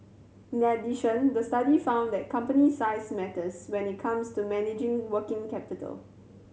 in addition the study found that company size matters when it comes to managing working capital